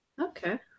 Okay